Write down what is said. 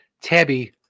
tabby